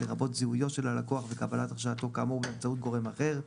לרבות זיהויו של הלקוח וקבלת הרשאתו כאמור באמצעות גורם אחר.